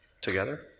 together